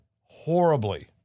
horribly